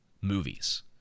movies